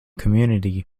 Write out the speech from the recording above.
community